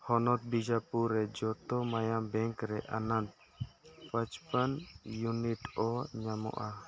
ᱦᱚᱱᱚᱛ ᱵᱤᱡᱟᱯᱨ ᱨᱮ ᱡᱚᱛᱚ ᱢᱟᱭᱟᱢ ᱵᱮᱝᱠ ᱨᱮ ᱟᱱᱟᱱᱛ ᱯᱚᱪᱯᱚᱱ ᱭᱩᱱᱤᱴ ᱳ ᱧᱟᱢᱚᱜᱼᱟ